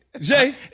Jay